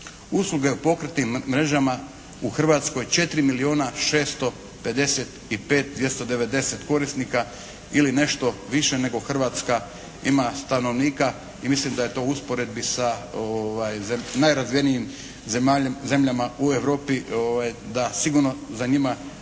Usluge u pokretnim mrežama u Hrvatskoj 4 milijuna 655 290 korisnika ili nešto više nego Hrvatska ima stanovnika i mislim da je to u usporedbi sa najrazvijenijim zemljama u Europi da sigurno za njima ne